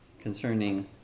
concerning